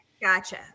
Gotcha